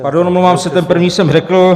Pardon omlouvám se, ten první jsem řekl.